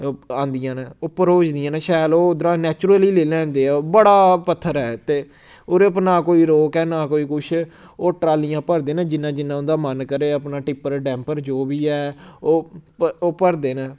औंदियां न ओह् भरोचदियां न शैल ओह् उद्धरा नैचुरली लेई लैंदे ऐ ओह् बड़ा पत्थर ऐ ते ओह्दे उप्पर ना कोई रोक ऐ ना कोई कुछ ओह् ट्रालियां भरदे न जिन्ना जिन्ना उं'दा मन करै अपना टिप्पर डैम्पर जो बी है ओह् प ओह् भरदे न